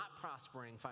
prospering